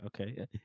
Okay